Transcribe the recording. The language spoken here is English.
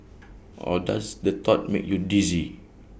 or does the thought make you dizzy